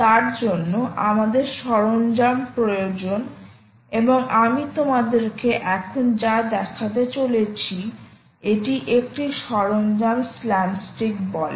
তার জন্য আমাদের সরঞ্জাম প্রয়োজন এবং আমি তোমাদেরকে এখন যা দেখাতে চলেছি এটি একটি সরঞ্জাম স্ল্যামস্টিক বলে